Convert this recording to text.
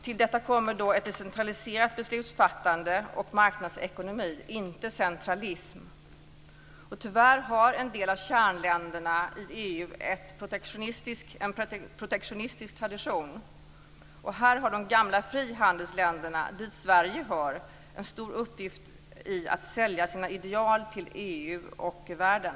Till detta kommer ett decentraliserat beslutsfattande och marknadsekonomi - inte centralism. Tyvärr har en del av kärnländerna i EU en protektionistisk tradition. Här har de gamla frihandelsländerna, dit Sverige hör, en stor uppgift i att sälja sina ideal till EU och världen.